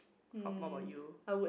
how bout you